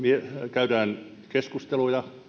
käydään keskusteluja